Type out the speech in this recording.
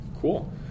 Cool